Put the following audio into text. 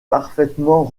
parfaitement